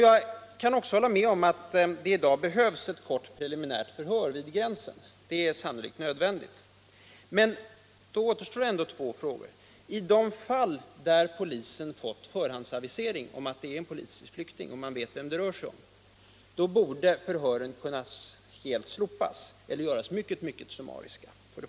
Jag håller med om att det i dag sannolikt är nödvändigt med ett kort preliminärt förhör vid gränsen. Men då återstår två frågor: Bör inte förhöret, i de fall där polisen har fått förhandsavisering om att en politisk flykting anländer och vet vem det rör sig om, kunna helt slopas eller göras mycket summariskt?